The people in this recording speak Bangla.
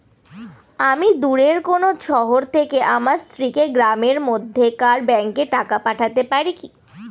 আমি দূরের কোনো শহর থেকে আমার স্ত্রীকে গ্রামের মধ্যেকার ব্যাংকে টাকা পাঠাতে পারি?